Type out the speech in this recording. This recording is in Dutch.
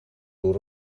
door